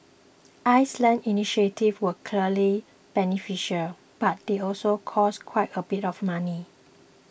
Iceland's initiatives were clearly beneficial but they also cost quite a bit of money